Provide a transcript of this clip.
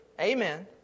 Amen